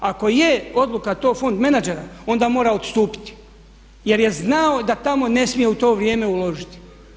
Ako je odluka to fond menadžera onda mora odstupiti jer je znao da tamo ne smije u to vrijeme uložiti.